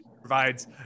provides